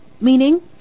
meaning